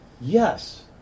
Yes